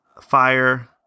fire